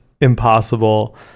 impossible